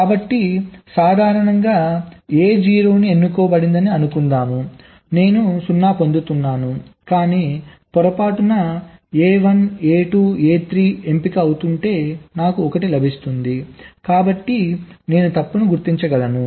కాబట్టి సాధారణంగా A0 ఎన్నుకోబడిందని అనుకుందాం నేను 0 పొందుతున్నాను కాని పొరపాటున A1 A2 A3 ఎంపిక అవుతుంటే నాకు 1 లభిస్తుంది కాబట్టి నేను తప్పును గుర్తించగలను